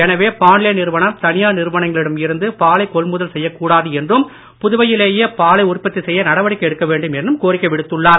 எனவே பாண்லே நிறுவனம் தனியார் நிறுவனங்களிடம் இருந்து பாலைக் கொள்முதல் செய்யக்கூடாது என்றும் புதுவையிலேயே பாலை உற்பத்தி செய்ய நடவடிக்கை எடுக்க வேண்டும் என்றும் கோரிக்கை விடுத்துள்ளார்